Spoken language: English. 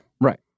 Right